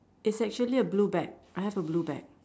it's actually a blue bag I have a blue bag